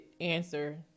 answer